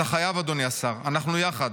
'אתה חייב, אדוני השר, אנחנו יחד.